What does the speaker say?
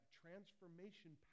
transformation